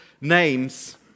names